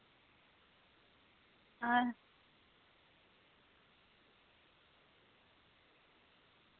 आं